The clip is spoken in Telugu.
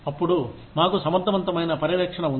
అప్పుడు మాకు సమర్థవంతమైన పర్యవేక్షణ ఉంది